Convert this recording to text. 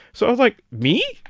so i was like, me?